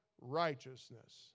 righteousness